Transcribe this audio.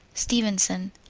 stevenson,